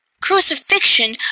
crucifixion